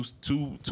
two